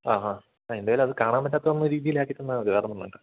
ആ ഹാ ആ എന്തായാലും അത് കാണാൻ പറ്റാത്ത ഒന്ന് രീതിയിൽ ആക്കിത്തന്നാൽ മതി വേറെ ഒന്നും വേണ്ട